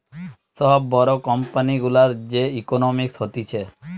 বড় সব কোম্পানি গুলার যে ইকোনোমিক্স হতিছে